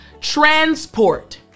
transport